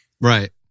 right